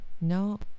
No